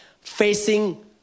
facing